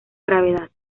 gravedad